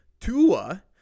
Tua